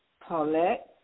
Paulette